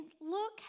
look